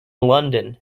london